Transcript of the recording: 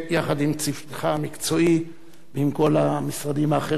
יחד עם צוותך המקצועי ועם כל המשרדים האחרים,